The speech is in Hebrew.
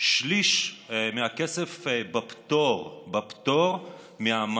שליש מהכסף בפטור ממס.